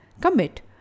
commit